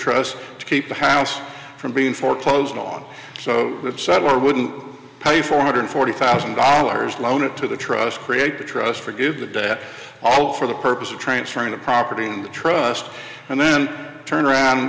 trust to keep the house from being foreclosed on so that seidler wouldn't pay four hundred forty thousand dollars loan it to the trust create the trust forgive the debt all for the purpose of transferring the property trust and then turn around